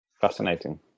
fascinating